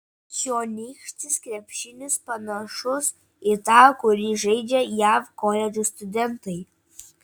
čionykštis krepšinis panašus į tą kurį žaidžia jav koledžų studentai